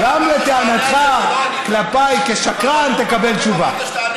גם לטענתך כלפיי כשקרן תקבל תשובה.